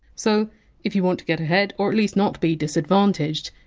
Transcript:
so if you want to get ahead, or at least not be disadvantaged,